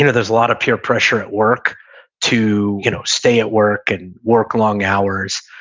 and there's a lot of peer pressure at work to you know stay at work and work long hours,